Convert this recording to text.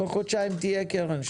תוך חודשיים תהיה קרן.